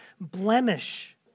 blemish